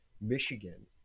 Michigan